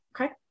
Okay